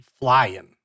flying